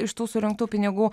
iš tų surinktų pinigų